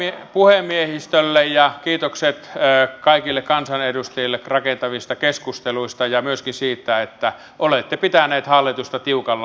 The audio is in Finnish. kiitokset puhemiehistölle ja kiitokset kaikille kansanedustajille rakentavista keskusteluista ja myöskin siitä että olette pitäneet hallitusta tiukalla